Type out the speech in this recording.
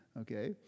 Okay